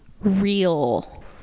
real